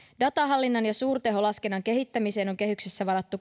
datahallinnan ja suurteholaskennan kehittämiseen on kehyksessä varattu